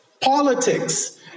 politics